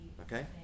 okay